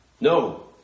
No